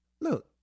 Look